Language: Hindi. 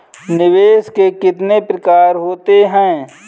निवेश के कितने प्रकार होते हैं?